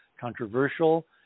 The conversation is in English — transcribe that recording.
controversial